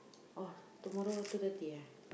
oh tomorrow two thirty eh